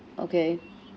okay